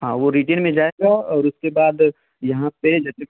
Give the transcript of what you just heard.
हाँ वो रीटेन में जाएगा और उसके बाद यहाँ पर जैसे